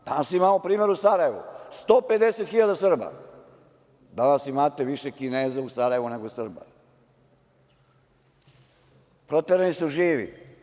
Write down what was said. Pa, imamo primer u Sarajevu, 150.000 Srba, danas imate više Kineza u Sarajevu, nego Srba, proterani su živi.